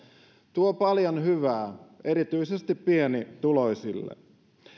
tuo paljon hyvää erityisesti pienituloisille